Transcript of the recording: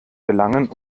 gelangen